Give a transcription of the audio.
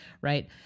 right